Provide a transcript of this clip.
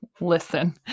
listen